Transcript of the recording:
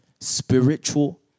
Spiritual